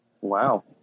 Wow